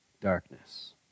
darkness